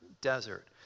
desert